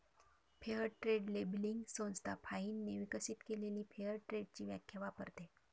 fair trade labelling संस्था फाइनने विकसित केलेली फेअर ट्रेडची व्याख्या वापरते